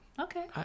Okay